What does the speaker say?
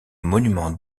monument